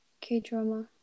K-drama